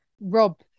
Rob